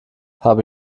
habe